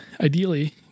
ideally